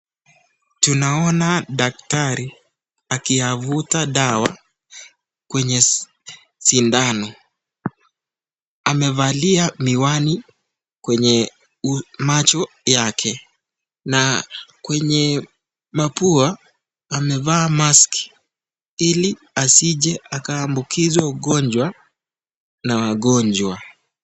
Tunaona daktari akiyavuta dawa kwenye sindano. Amevalia miwani kwenye macho yake na kwenye mapua amevaa maski ili asije akaambukizwa ugonjwa na wagonjwa.